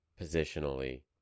positionally